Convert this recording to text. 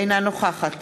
אינה נוכחת